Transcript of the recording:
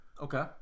Okay